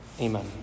Amen